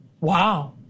Wow